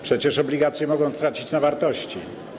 Przecież obligacje mogą tracić na wartości.